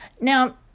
Now